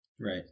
Right